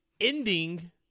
ending